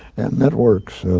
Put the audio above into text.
and networks,